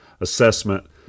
assessment